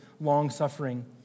long-suffering